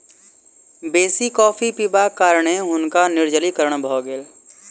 बेसी कॉफ़ी पिबाक कारणें हुनका निर्जलीकरण भ गेल